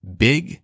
big